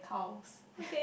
cows